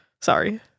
sorry